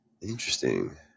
Interesting